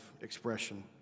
expression